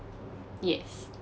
yes